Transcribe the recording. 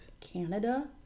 canada